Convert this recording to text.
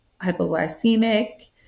hypoglycemic